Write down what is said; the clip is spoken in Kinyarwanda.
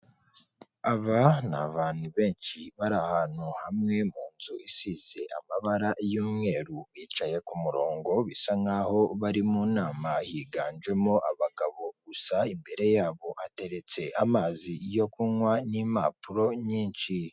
Aba ni abantu benshi bari ahantu hamwe mu nzu isize amabara y'umweru. Bicaye ku murongo bisa nkaho bari mu nama. Higanjemo abagabo gusa imbere yabo hateretse amazi yo kunywa n'impapuro nyinshi.